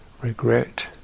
regret